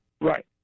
Right